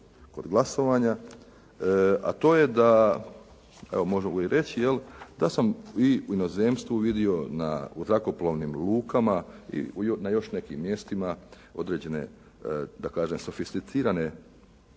kod glasovanja, a to je da, evo možemo i reći da sam i u inozemstvu vidio u zrakoplovnim lukama i na još nekim mjestima određene, da kažem sofisticirane kabine